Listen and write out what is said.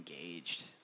engaged